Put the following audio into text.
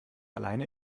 alleine